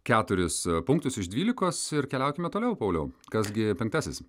keturis punktus iš dvylikos ir keliaukime toliau pauliau kas gi penktasis